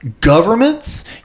governments